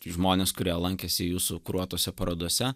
žmonės kurie lankėsi jūsų kuruotose parodose